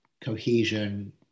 cohesion